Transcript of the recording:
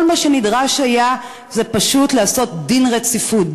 כל מה שנדרש היה זה פשוט לעשות דין רציפות,